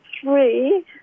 three